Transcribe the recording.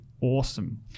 awesome